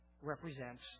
represents